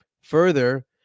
Further